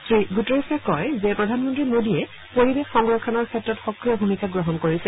Shri Guterres কয় যে প্ৰধানমন্ত্ৰী মোডী পৰিৱেশ সংৰক্ষণৰ ক্ষেত্ৰত সক্ৰিয় ভূমিকা গ্ৰহণ কৰিছে